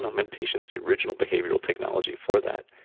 um meditation's the original behavioral technology for that.